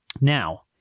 Now